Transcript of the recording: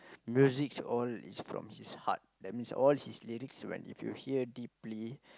musics all is from his heart that means all his lyrics when if you hear deeply